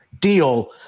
deal